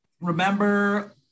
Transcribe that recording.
remember